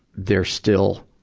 they're still,